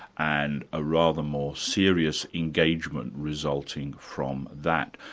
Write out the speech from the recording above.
and a rather more serious engagement resulting from that.